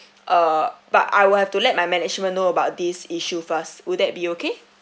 uh but I will have to let my management know about this issue first will that be okay